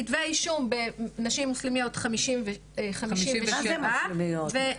כתבי אישום בנשים מוסלמיות --- מה זה מוסלמיות?